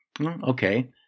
Okay